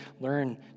learn